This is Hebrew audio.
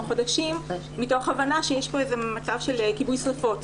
חודשים מתוך הבנה שיש פה איזה מצב של כיבוי שריפות,